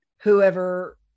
whoever